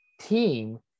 team